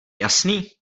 jasný